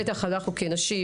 בטח כנשים,